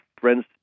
friends